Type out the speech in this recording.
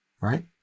right